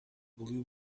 blue